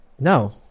No